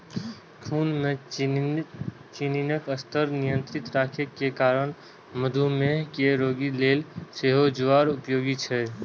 खून मे चीनीक स्तर नियंत्रित राखै के कारणें मधुमेह के रोगी लेल सेहो ज्वार उपयोगी छै